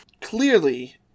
Clearly